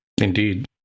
Indeed